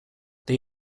they